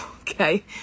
okay